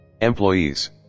employees